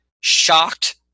shocked